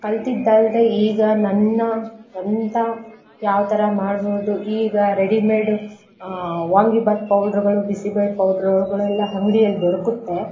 ಕಲಿತದ್ದಲ್ದೆ ಈಗ ನನ್ನ ಸ್ವಂತ ಯಾವ್ತರ ಮಾಡ್ಬೋದು ಈಗ ರೆಡಿಮೇಡ್ ವಾಂಗಿಭಾತ್ ಪೌಡ್ರುಗಳು ಬಿಸಿಬೇಳೆ ಪೌಡ್ರುಗಳೆಲ್ಲಾ ಅಂಗ್ಡಿಯಲ್ ದೊರಕುತ್ತೆ